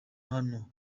hano